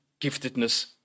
giftedness